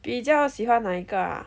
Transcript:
比较喜欢哪一个啊